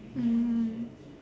mm